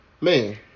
man